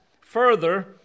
further